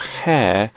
hair